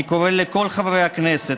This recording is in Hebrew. אני קורא לכל חברי הכנסת,